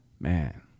man